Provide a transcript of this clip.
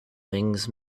things